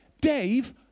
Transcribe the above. Dave